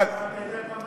אתה יודע כמה